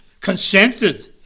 consented